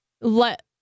let